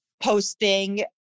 posting